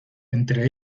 entre